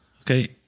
Okay